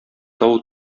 тау